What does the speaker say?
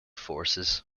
forces